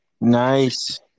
Nice